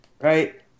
right